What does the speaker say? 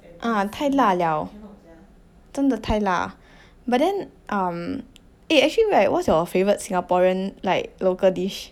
oh 太辣 liao 真的太辣 but then um eh actually right what's your favourite singaporean like local dish